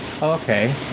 Okay